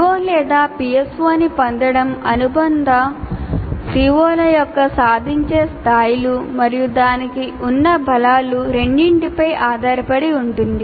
PO లేదా PSO ని పొందడం అనుబంధ CO ల యొక్క సాధించే స్థాయిలు మరియు దానికి ఉన్న బలాలు రెండింటిపై ఆధారపడి ఉంటుంది